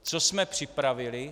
Co jsme připravili?